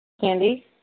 Candy